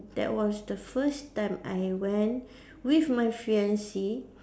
that was the first time that I went with my fiance